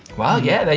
well yeah,